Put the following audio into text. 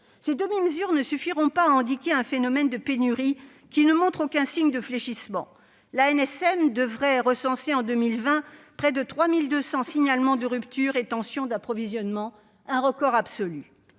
Ces demi-mesures ne suffiront pas à endiguer un phénomène de pénuries qui ne montre aucun signe de fléchissement : l'ANSM devrait recenser en 2020 près de 3 200 signalements de ruptures et tensions d'approvisionnement- un record absolu